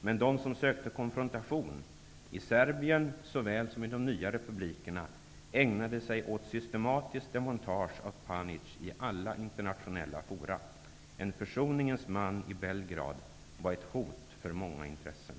Men de som sökte konfrontation, i Serbien såväl som i den nya republikerna, ägnade sig åt systematiskt demontage av Panic i alla internationella forum. En försoningens man i Belgrad var ett hot för många intressen.